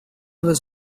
was